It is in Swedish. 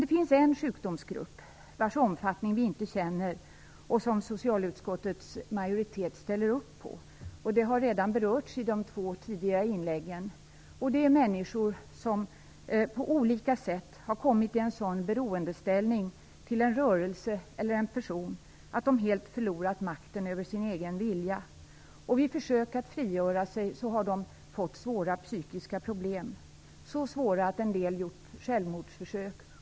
Det finns dock en sjukdomsgrupp, vars omfattning vi inte känner till, som socialutskottets majoritet ställer upp för. Detta har redan berörts i de två tidigare inläggen. Det handlar om människor som på olika sätt har kommit i en sådan beroendeställning till en rörelse eller en person att de helt förlorat makten över sin egen vilja. Vid försök att frigöra sig har de fått svåra psykiska problem, en del så svåra att de har gjort självmordsförsök.